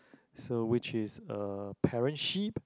so which is a parent sheep